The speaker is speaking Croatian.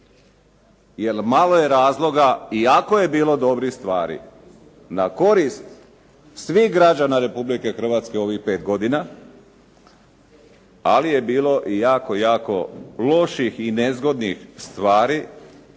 Jer, malo je razloga iako je bilo dobrih stvari na korist svih građana Republike Hrvatske u ovih pet godina, ali je bilo i jako, jako loših i nezgodnih stvari